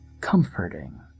comforting